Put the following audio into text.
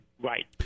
Right